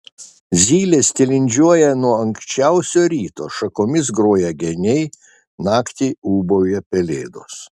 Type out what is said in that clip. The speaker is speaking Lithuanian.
zylės tilindžiuoja nuo anksčiausio ryto šakomis groja geniai naktį ūbauja pelėdos